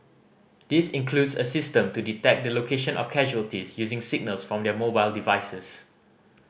this includes a system to detect the location of casualties using signals from their mobile devices